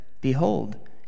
Behold